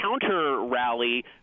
counter-rally